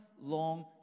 long